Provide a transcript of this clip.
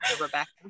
Rebecca